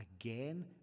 again